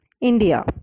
India